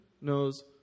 knows